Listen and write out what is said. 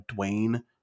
Dwayne